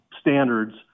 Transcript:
standards